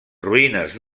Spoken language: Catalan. ruïnes